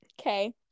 Okay